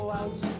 out